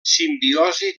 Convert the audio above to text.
simbiosi